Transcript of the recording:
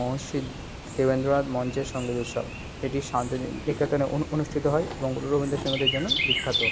মহর্ষি দেবেন্দ্রনাথ মঞ্চের সঙ্গীত উৎসব এটি শান্তিনিকেতনে অনুষ্ঠিত হয় এবং রবীন্দ্র সঙ্গীতের জন্য বিখ্যাত